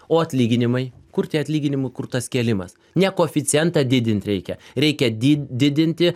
o atlyginimai kur tie atlyginimų kur tas kėlimas ne koeficientą didint reikia reikia di didinti